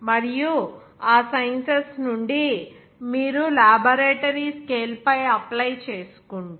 మరియు ఆ సైన్సెస్ నుండి మీరు లాబరేటరీ స్కేల్ పై అప్లై చేసుకుంటే